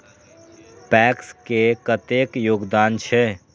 PACS के कतेक योगदान छै?